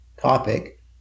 topic